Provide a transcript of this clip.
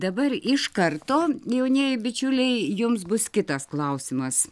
dabar iš karto jaunieji bičiuliai jums bus kitas klausimas